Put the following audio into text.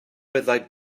byddai